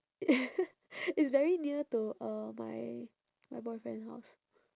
it's very near to uh my my boyfriend house